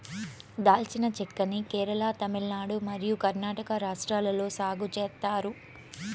దాల్చిన చెక్క ని కేరళ, తమిళనాడు మరియు కర్ణాటక రాష్ట్రాలలో సాగు చేత్తారు